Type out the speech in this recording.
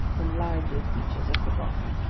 when livelier features are forgotten.